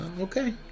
okay